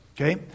Okay